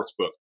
Sportsbook